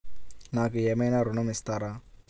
నాకు ఏమైనా ఋణం ఇస్తారా?